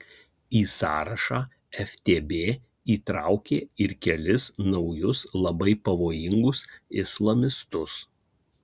į sąrašą ftb įtraukė ir kelis naujus labai pavojingus islamistus